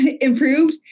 improved